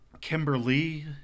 Kimberly